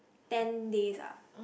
ten days ah